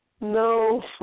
no